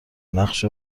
نقش